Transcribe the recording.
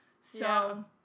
So-